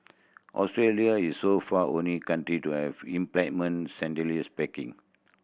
Australia is so far only country to have implemented standardised packing